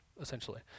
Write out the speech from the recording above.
essentially